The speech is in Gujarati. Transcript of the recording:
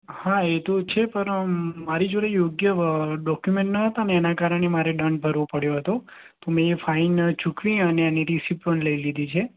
હા એ તો છે પણ મારી જોડે યોગ્ય ડોક્યુમેન્ટ ન હતાં ને એનાં કારણે મારે દંડ ભરવો પડ્યો હતો તો મેં એ ફાઈન ચૂકવી અને એની રિસિપ પણ લઈ લીધી છે